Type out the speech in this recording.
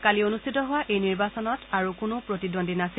কালি অনুষ্ঠিত হোৱা এই নিৰ্বাচনত আৰু কোনো প্ৰতিদ্বন্দী নাছিল